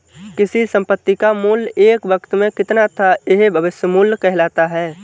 किसी संपत्ति का मूल्य एक वक़्त में कितना था यह भविष्य मूल्य कहलाता है